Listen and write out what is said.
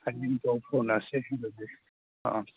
ꯍꯌꯦꯡ ꯄꯥꯎ ꯐꯥꯎꯅꯔꯁꯤ ꯑꯗꯨꯗꯤ ꯑꯥ